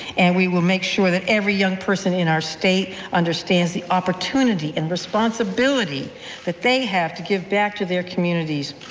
and we will make sure that every young person in our state understands the opportunity and responsibility that they have to give back to their communities,